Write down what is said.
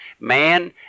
Man